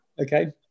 Okay